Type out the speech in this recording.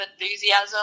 enthusiasm